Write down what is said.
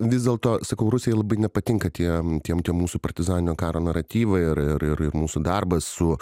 vis dėlto sakau rusijai labai nepatinka tie tie tie mūsų partizaninio karo naratyvai ir ir ir mūsų darbas su